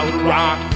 Rock